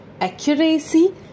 accuracy